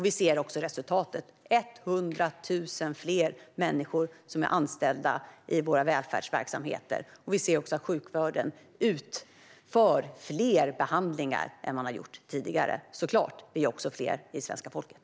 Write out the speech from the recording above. Vi ser också resultatet: 100 000 fler människor som är anställda i våra välfärdsverksamheter. Vi ser också att sjukvården utför fler behandlingar än tidigare. Såklart - vi är ju också fler i svenska folket.